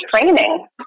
training